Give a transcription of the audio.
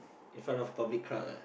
in front of public crowd ah